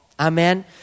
Amen